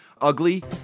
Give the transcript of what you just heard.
ugly